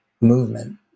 movement